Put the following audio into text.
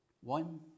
One